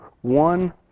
one